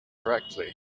correctly